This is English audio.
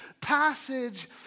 passage